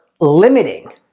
limiting